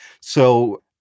So-